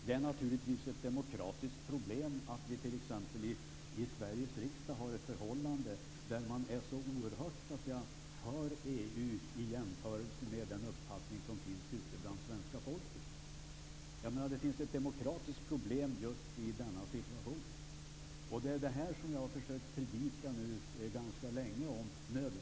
Det är naturligtvis ett demokratiskt problem att vi t.ex. i Sveriges riksdag har ett förhållande där man så att säga är så oerhört för EU jämfört med den uppfattning som finns ute bland svenska folket. Jag menar att det finns ett demokratiskt problem i just den situationen. Det är det som jag nu har försökt predika ganska länge.